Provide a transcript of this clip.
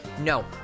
No